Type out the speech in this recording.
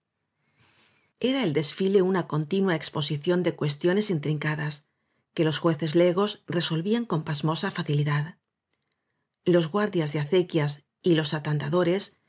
era el desfile una continua exposición de cuestiones intrincadas que los jueces legos re solvían con pasmosa facilidad los guardias de acequias y los atandadores